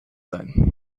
sein